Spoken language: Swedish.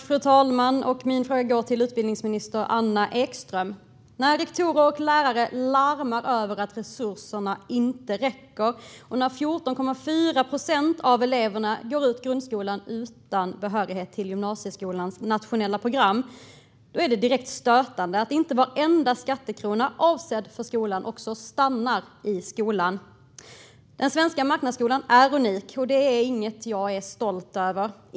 Fru talman! Min fråga går till utbildningsminister Anna Ekström. När rektorer och lärare larmar om att resurserna inte räcker och när 14,4 procent av eleverna går ut grundskolan utan behörighet till gymnasieskolans nationella program är det direkt stötande att inte varenda skattekrona avsedd för skolan också stannar i skolan. Den svenska marknadsskolan är unik, och det är inget jag är stolt över.